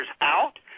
out